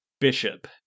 Bishop